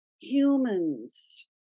humans